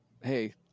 hey